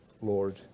Lord